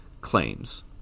claims